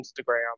Instagram